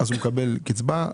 מקבל קצבה.